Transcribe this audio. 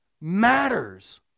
matters